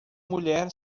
mulher